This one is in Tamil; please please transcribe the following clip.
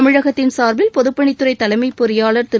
தமிழகத்தின் சார்பில் பொதுப்பணித்துறை தலைமைப் பொறியாளர் திரு